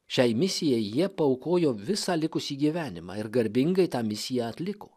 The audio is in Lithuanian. šiai misijai jie paaukojo visą likusį gyvenimą ir garbingai tą misiją atliko